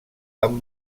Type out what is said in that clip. amb